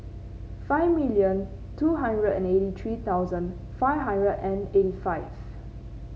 five million two hundred and eighty three thousand five hundred and eighty five